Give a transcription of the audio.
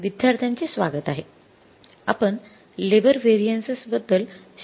विद्यार्थ्यांचे स्वागत आहे आपण लेबर व्हेरिएन्सेस बद्दल शिकण्याच्या प्रक्रियेत आहोत